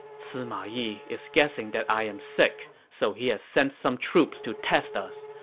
sima yi is guessing that i am sick, so he has sent some troops to test us.